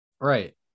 Right